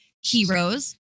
heroes